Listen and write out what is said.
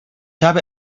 habe